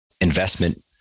investment